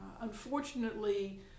Unfortunately